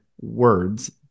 words